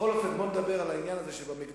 בכל אופן, בוא ונדבר על העניין שב"מקדונלד'ס"